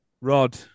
Rod